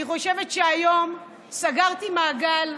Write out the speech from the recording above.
אני חושבת שהיום סגרתי מעגל.